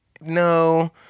no